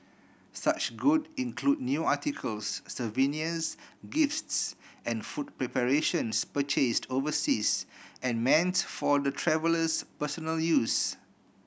such good include new articles souvenirs gifts and food preparations purchased overseas and meant for the traveller's personal use